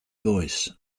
voice